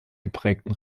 geprägten